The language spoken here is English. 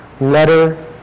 letter